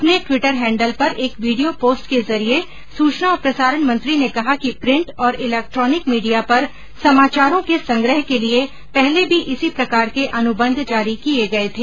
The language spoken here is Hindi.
अपने ट्वीटर हैंडल पर एक वीडियो पोस्ट के जरिए सूचना और प्रसारण मंत्री ने कहा कि प्रिंट और इलेक्ट्रॉनिक मीडिया पर समाचारों के संग्रह के लिए पहले भी इसी प्रकार के अनुबंध जारी किए गए थे